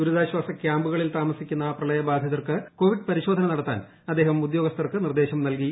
ദുരിതാശ്വാസ ക്യാമ്പുകളിൽ താമസിക്കുന്ന പ്രളയബാധിതർക്ക് കോവിഡ് പരിശോധന നടത്താൻ അദ്ദേഹം ഉദ്യോഗസ്ഥർക്ക് നിർദ്ദേശം നൽകി